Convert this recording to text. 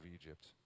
Egypt